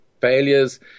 failures